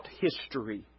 history